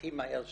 הכי מהר שאפשר.